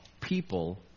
people